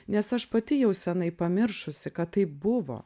nes aš pati jau senai pamiršusi kad taip buvo